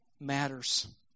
matters